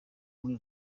muri